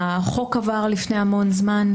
החוק עבר כבר לפני הרבה זמן,